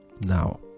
Now